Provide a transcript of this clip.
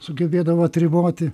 sugebėdavo atriboti